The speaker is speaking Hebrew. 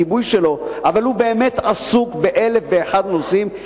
באמת עסוק באלף ואחד נושאים,